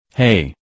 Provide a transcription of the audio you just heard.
Hey